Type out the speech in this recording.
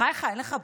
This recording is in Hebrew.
בחייך, אין לך בושה?